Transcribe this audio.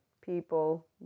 people